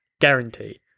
Guaranteed